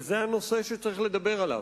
וזה הנושא שצריך לדבר עליו,